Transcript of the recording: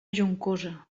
juncosa